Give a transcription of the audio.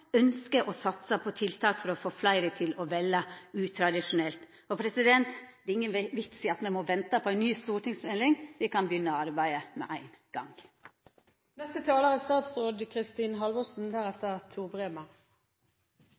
å satsa på tiltak for å fleire til å velje utradisjonelt. Det er ingen vits i at me må venta på ei ny stortingsmelding. Me kan begynna arbeidet med ein